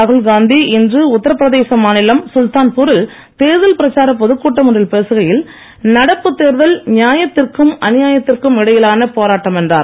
ராகுல் காந்தி இன்று உத்தரபிரதேசம் மாநிலம் சுல்தான்பூரில் தேர்தல் பிரச்சார பொதுக்கூட்டம் ஒன்றில் பேசுகையில் நடப்பு தேர்தல் நியாயத்திற்கும் அநியாயத்திற்கும் இடையிலான போராட்டம் என்றார்